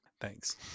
Thanks